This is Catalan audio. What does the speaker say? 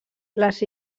les